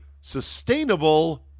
sustainable